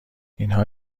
اینها